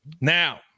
Now